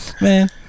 man